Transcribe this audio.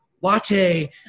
latte